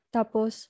Tapos